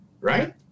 Right